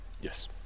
Yes